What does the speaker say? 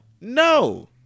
No